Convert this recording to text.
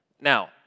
Now